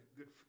good